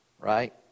right